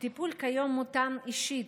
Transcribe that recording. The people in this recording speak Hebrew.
הטיפול כיום מותאם אישית,